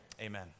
Amen